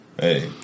Hey